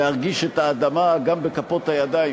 להרגיש את האדמה, גם בכפות הידיים.